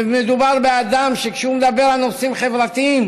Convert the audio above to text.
ומדובר באדם שכשהוא מדבר על נושאים חברתיים